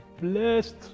Blessed